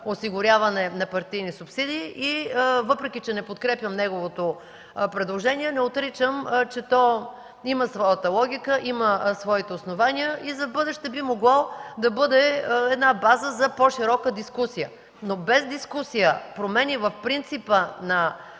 осигуряване на партийни субсидии. Въпреки че не подкрепям неговото предложение – не отричам, че то има своята логика, има своите основания и за в бъдеще би могло да бъде база за по-широка дискусия. Обаче без дискусия промени в принципа на